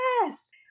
yes